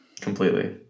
Completely